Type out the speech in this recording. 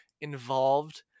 involved